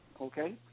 Okay